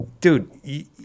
Dude